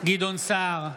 גדעון סער,